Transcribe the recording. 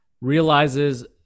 realizes